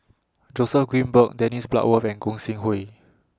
Joseph Grimberg Dennis Bloodworth and Gog Sing Hooi